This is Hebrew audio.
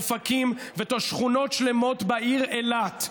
אופקים ושכונות שלמות בעיר אילת.